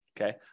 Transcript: Okay